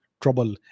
trouble